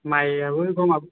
माइयाबो दङ